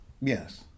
Yes